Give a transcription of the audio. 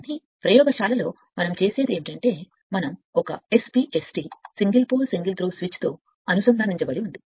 కాని చూడండి ప్రయోగశాలలో మనం చేసేది మనం ఒక SPST single pole single throw స్విచ్తో అనుసంధానించబడి ఉంది